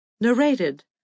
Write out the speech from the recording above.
Narrated